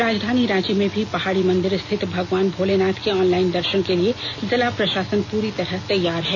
राजधानी रांची में भी पहाड़ी मंदिर स्थित भगवान भोलेनाथ के ऑनलाइन दर्षन के लिए जिला प्रषासन पूरी तरह तैयार है